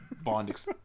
Bond